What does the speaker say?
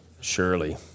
Surely